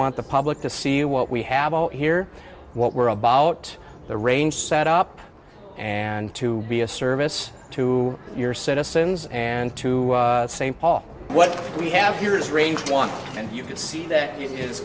want the public to see what we have all here what we're about the range set up and to be a service to your citizens and to st paul what we have here is range one and you can see that i